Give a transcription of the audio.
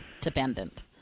dependent